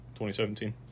2017